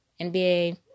NBA